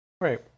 Right